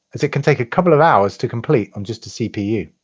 as it can take a couple of hours to complete on just a cpu